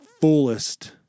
fullest